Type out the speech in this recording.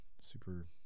Super